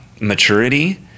maturity